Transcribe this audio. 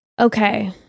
Okay